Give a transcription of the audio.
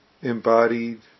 Embodied